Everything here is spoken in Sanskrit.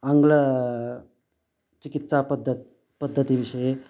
आङ्ग्लचिकित्सापद्धतिः पद्धतिविषये